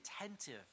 attentive